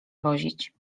wozić